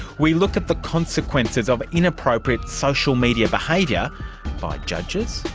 we look at the consequences of inappropriate social media behaviour by judges,